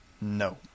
No